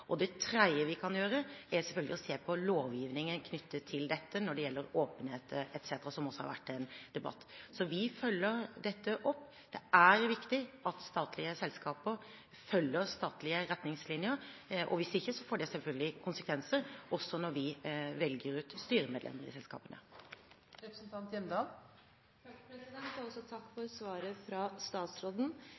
Det tredje vi kan gjøre, er selvfølgelig å se på lovgivningen knyttet til dette når det gjelder åpenhet etc., som det også har vært en debatt om. Så vi følger dette opp. Det er viktig at statlige selskaper følger statlige retningslinjer. Hvis ikke får det selvfølgelig konsekvenser, også når vi velger ut styremedlemmer i selskapene. Jeg vil takke for svaret fra statsråden. Jeg er glad for at dette er noe regjeringen og statsråden